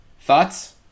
Thoughts